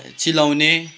चिलाउने